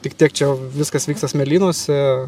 tik tiek čia viskas vyksta smėlynuose